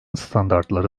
standartları